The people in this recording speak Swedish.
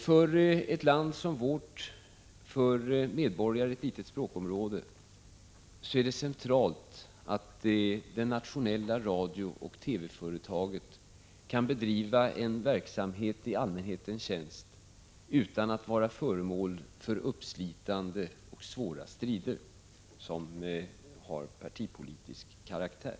För ett land som vårt, för medborgare i ett litet språkområde, är det centralt att det nationella radiooch TV-företaget kan bedriva en verksamhet i allmänhetens tjänst utan att vara föremål för uppslitande och svåra strider som har partipolitisk karaktär.